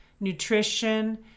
nutrition